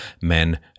men